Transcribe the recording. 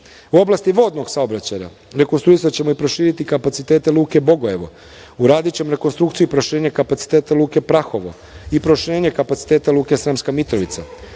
oblasti vodnog saobraćaja rekonstruisaćemo i proširiti kapacitete luke Bogojevo, uradićemo rekonstrukciju i proširenje kapaciteta luke Prahovo i proširenje kapaciteta luke Sremska Mitrovica.